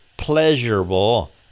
pleasurable